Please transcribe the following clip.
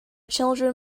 children